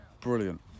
Brilliant